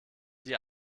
die